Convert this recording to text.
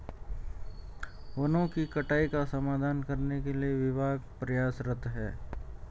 वनों की कटाई का समाधान करने के लिए विभाग प्रयासरत है